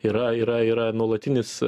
yra yra yra nuolatinis